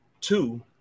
two